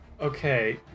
Okay